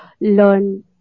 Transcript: learn